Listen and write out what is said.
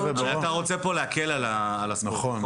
אתה רוצה פה להקל על הספורט, נכון?